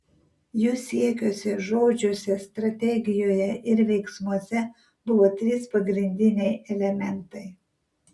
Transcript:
jų siekiuose žodžiuose strategijoje ir veiksmuose buvo trys pagrindiniai elementai